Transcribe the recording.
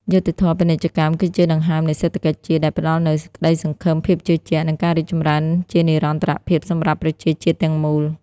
យុត្តិធម៌ពាណិជ្ជកម្មគឺជាដង្ហើមនៃសេដ្ឋកិច្ចជាតិ ដែលផ្ដល់នូវក្តីសង្ឃឹម ភាពជឿជាក់ និងការរីកចម្រើនជានិរន្តរភាពសម្រាប់ប្រជាជាតិទាំងមូល។